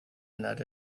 not